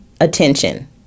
attention